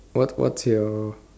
what what's your